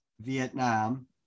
Vietnam